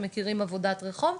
שמכירים עבודת רחוב,